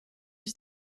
was